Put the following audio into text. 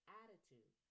attitude